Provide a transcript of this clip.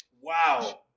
Wow